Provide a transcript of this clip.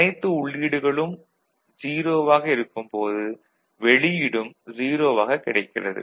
அனைத்து உள்ளீடுகளும் 0 ஆக இருக்கும் போது வெளியீடும் 0 ஆக கிடைக்கிறது